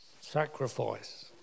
Sacrifice